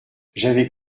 j’avais